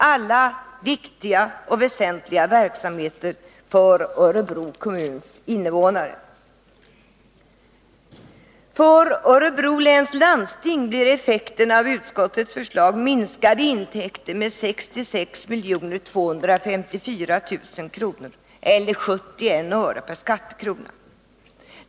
Allt detta är viktiga och väsentliga verksamheter för Örebro kommuns invånare. För Örebro läns landsting blir effekten av utskottsmajoritetens förslag minskade intäkter med 66 254 000 kr. eller 71 öre per skattekrona.